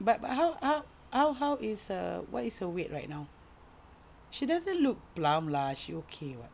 but but how how how is her what is her weight right now she doesn't look plump lah she okay [what]